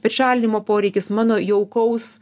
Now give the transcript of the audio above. bet šalinimo poreikis mano jaukaus